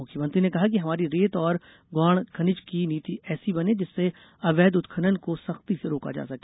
मुख्यमंत्री ने कहा कि हमारी रेत और गौण खनिज की नीति ऐसी बने जिससे अवैध उत्खनन को सख्ती से रोका जा सके